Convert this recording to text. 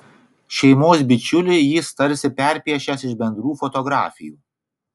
šeimos bičiulį jis tarsi perpiešęs iš bendrų fotografijų